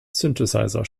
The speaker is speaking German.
synthesizer